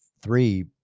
three